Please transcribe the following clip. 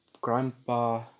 grandpa